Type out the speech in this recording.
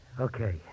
Okay